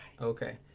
okay